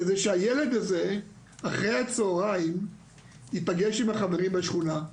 אלא שהילד הזה אחרי הצוהריים ייפגש עם חברים בשכונה,